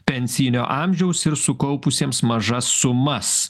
pensijinio amžiaus ir sukaupusiems mažas sumas